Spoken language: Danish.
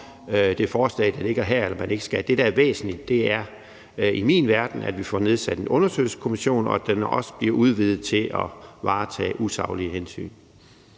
for det forslag, der ligger her, eller om man ikke skal. Det, der er væsentligt set fra min verden, er, at vi får nedsat en undersøgelseskommission, og at den også bliver udvidet til at varetage spørgsmålet